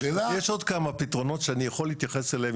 יש עוד כמה פתרונות שאני יכול להתייחס אליהם,